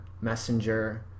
messenger